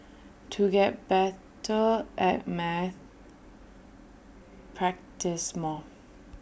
to get better at maths practise more